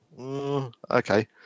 okay